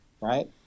right